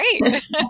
Great